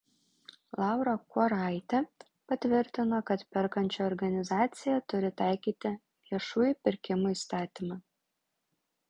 laura kuoraitė patvirtino kad perkančioji organizacija turi taikyti viešųjų pirkimų įstatymą